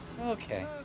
Okay